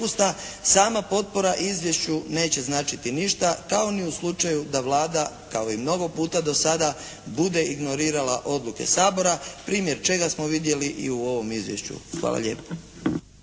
sama potpora izvješću neće značiti ništa, kao ni u slučaju da Vlada kao i mnogo puta do sada bude ignorirala odluke Sabora, primjer čega smo vidjeli i u ovom izvješću. Hvala lijepo.